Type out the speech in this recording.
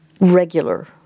regular